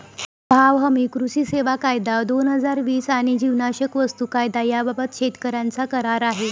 भाव हमी, कृषी सेवा कायदा, दोन हजार वीस आणि जीवनावश्यक वस्तू कायदा याबाबत शेतकऱ्यांचा करार आहे